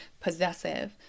possessive